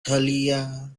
dahlia